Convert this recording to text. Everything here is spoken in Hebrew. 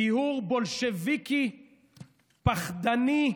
טיהור בולשביקי, פחדני,